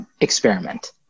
experiment